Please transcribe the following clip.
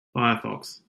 firefox